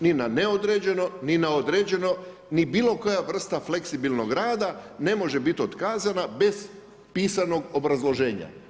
Niti na neodređeno, ni na određeno, ni bilo koja vrsta fleksibilnog rada, ne može biti otkazana bez pitanog obrazloženja.